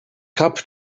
kap